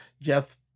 Jeff